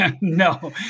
No